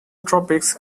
tropics